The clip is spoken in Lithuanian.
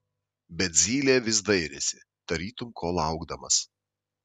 bet zylė vis dairėsi tarytum ko laukdamas